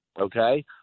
okay